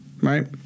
right